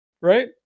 right